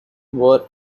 were